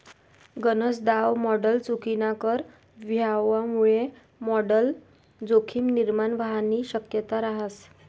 गनज दाव मॉडल चुकीनाकर व्हवामुये मॉडल जोखीम निर्माण व्हवानी शक्यता रहास